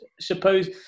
suppose